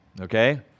Okay